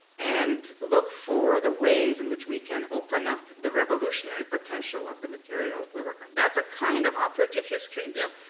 and look for the ways in which we can open up the revolutionary potential of the material we work on. that's a kind of operative history. yeah.